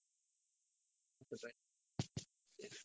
of the bird ya